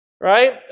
Right